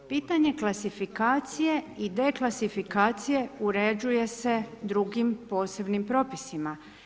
Pitanje klasifikacije i deklasifikacije uređuje se drugim posebnim propisima.